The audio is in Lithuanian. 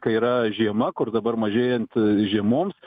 kai yra žiema kur dabar mažėjant žiemoms